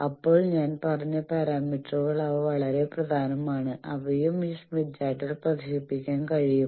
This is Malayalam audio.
അപ്പോൾ ഞാൻ പറഞ്ഞ പരാമീറ്ററുകൾ അവ വളരെ പ്രധാനമാണ് അവയും ഈ സ്മിത്ത് ചാർട്ടിൽ പ്രദർശിപ്പിക്കാൻ കഴിയും